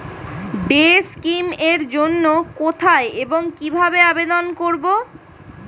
Day scheme এর জন্য কোথায় এবং কিভাবে আবেদন করব?